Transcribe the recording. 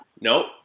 Nope